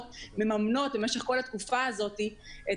החברות מממנות במשך כל התקופה הזאת את